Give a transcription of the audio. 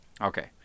Okay